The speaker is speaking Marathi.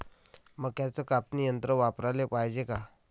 मक्क्याचं कापनी यंत्र वापराले पायजे का?